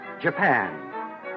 Japan